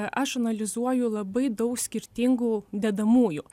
aš analizuoju labai daug skirtingų dedamųjų